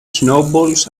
snowballs